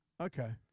Okay